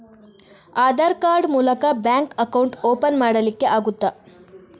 Aadhaar card ಮೂಲಕ bank account open ಮಾಡಲಿಕ್ಕೆ ಆಗುತಾ?